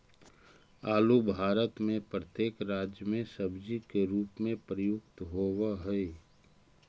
आलू भारत में प्रत्येक राज्य में सब्जी के रूप में प्रयुक्त होवअ हई